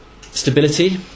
stability